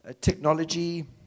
technology